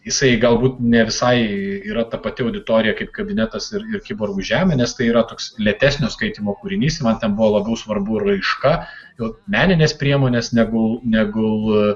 jisai galbūt ne visai yra ta pati auditorija kaip kabinetas ir ir kiborgų žemė nes tai yra toks lėtesnio skaitymo kūrinys man ten buvo labiau svarbu raiška jo meninės priemonės negu negu